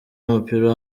w’umupira